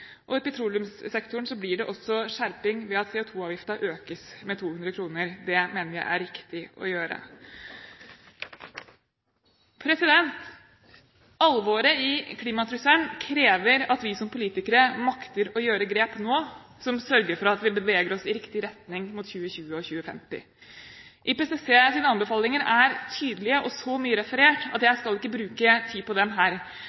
forbud. I petroleumssektoren blir det også skjerping, ved at CO2-avgiften økes med 200 kr. Det mener vi det er riktig å gjøre. Alvoret i klimatrusselen krever at vi som politikere nå makter å gjøre grep som sørger for at vi beveger oss i riktig retning mot 2020 og 2050. IPCCs anbefalinger er tydelige og så mye referert at jeg ikke skal bruke tid på dem her.